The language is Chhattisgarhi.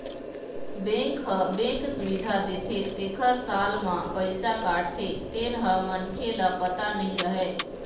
बेंक ह बेंक सुबिधा देथे तेखर साल म पइसा काटथे तेन ह मनखे ल पता नइ रहय